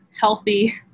healthy